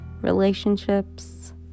relationships